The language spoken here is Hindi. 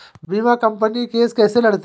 बीमा कंपनी केस कैसे लड़ती है?